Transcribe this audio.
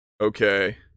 okay